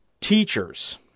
teachers